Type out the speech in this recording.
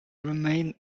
remained